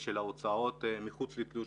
ושל ההוצאות מחוץ לתלוש,